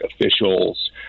officials